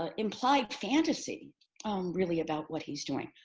ah implied fantasy really about what he's doing.